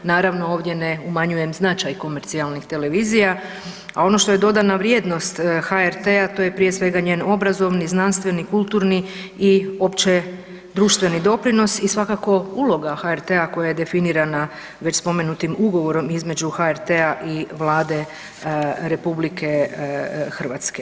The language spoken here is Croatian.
Naravno ovdje ne umanjujem značaj komercijalnih televizija, a ono što je dodana vrijednost HRT-a to je prije svega njen obrazovni, znanstveni, kulturni i opće društveni doprinos i svakako uloga HRT-a koja je definira već spomenutim ugovorom između HRT-a i Vlade RH.